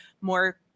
more